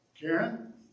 Karen